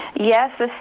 Yes